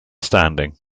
standing